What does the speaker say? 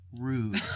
Rude